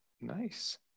Nice